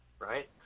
right